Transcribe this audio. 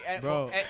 Bro